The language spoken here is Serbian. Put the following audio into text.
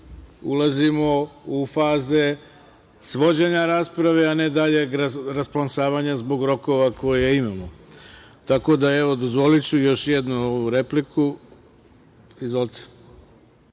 ulazimo u faze svođenja rasprave, a ne daljeg rasplamsavanja zbog rokova koje imamo. Dozvoliću još jednu repliku. Izvolite.